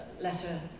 letter